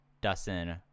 Dustin